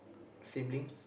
siblings